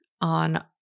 on